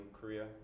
korea